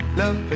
love